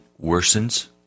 worsens